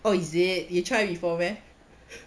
oh is it you try before meh